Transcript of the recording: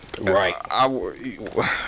right